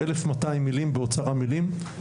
1,200 מילים באוצר המילים,